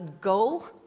go